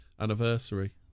anniversary